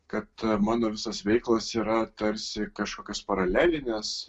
kad mano visos veiklos yra tarsi kažkokios paralelinės